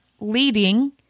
leading